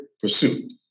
pursuit